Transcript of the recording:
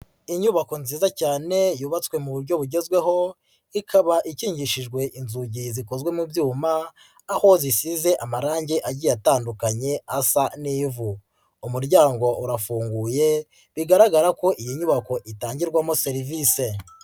Inyubako nziza cyane yubatswe mu buryo bugezweho, ikaba ikingishijwe inzugi zikozwe mu byuma, aho zisize amarangi agiye atandukanye asa n'ivu, umuryango urafunguye bigaragara ko iyi nyubako itangirwamo serivisi.